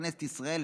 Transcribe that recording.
בכנסת ישראל,